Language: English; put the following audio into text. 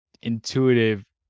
intuitive